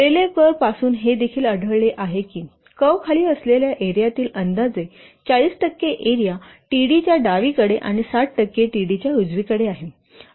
रेलेव्ह curve पासून हे देखील आढळले आहे की कर्व खाली असलेल्या एरियातील अंदाजे 40 टक्के एरिया T D च्या डावीकडे आणि 60 टक्के T D च्या उजवीकडे आहे